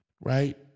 Right